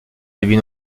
début